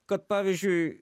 kad pavyzdžiui